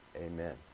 Amen